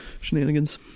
shenanigans